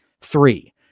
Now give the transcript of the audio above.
Three